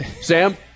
Sam